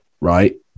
right